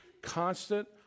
constant